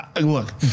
Look